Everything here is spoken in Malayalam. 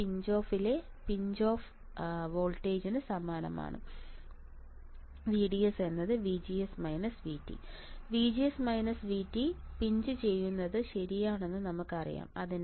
ഇത് പിഞ്ച് ഓഫിലെ പിഞ്ച് ഓഫ് വോൾട്ടേജിനു സമാനമാണ് VDS VGS VT VGS VT പിഞ്ചുചെയ്യുന്നത് ശരിയാണെന്ന് നമുക്കറിയാം